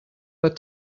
that